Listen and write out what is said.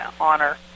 honor